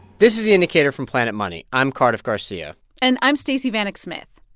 this is the indicator from planet money. i'm cardiff garcia and i'm stacey vanek smith.